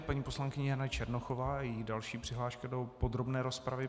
Paní poslankyně Jana Černochová a její další přihláška do podrobné rozpravy.